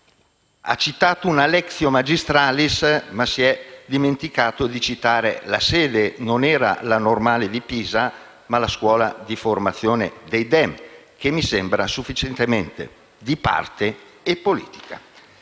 Ha citato una *lectio magistralis*, ma si è dimenticato di citare la sede: non era la Normale di Pisa, ma la scuola di formazione politica dei Dem, che mi sembra sufficientemente di parte e politica.